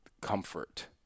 comfort